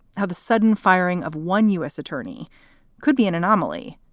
how the sudden firing of one u s. attorney could be an anomaly.